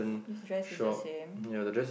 this dress is the same